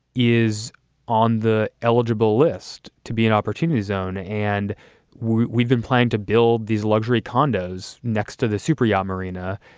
is on the eligible list to be an opportunity zone. and we've been planned to build these luxury condos next to the super yacht marina.